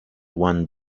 one